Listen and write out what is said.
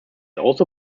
also